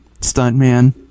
stuntman